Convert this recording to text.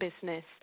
business